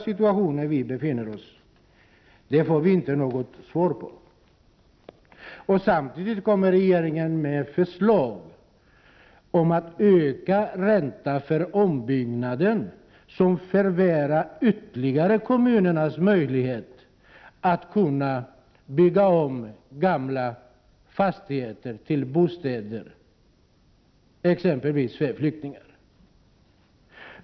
Situationen har påtagligt förvärrats, och för invandrarverket är den närmast desperat. Regeringen kommer samtidigt med ett förslag om att öka räntan för ombyggnader. Detta förvärrar ytterligare kommunernas möjlighet att bygga om gamla fastigheter till bostäder, exempelvis för flyktingar.